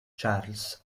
charles